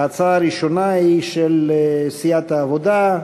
ההצעה הראשונה היא של סיעת העבודה,